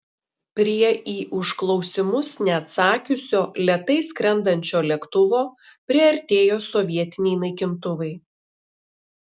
prie į užklausimus neatsakiusio lėtai skrendančio lėktuvo priartėjo sovietiniai naikintuvai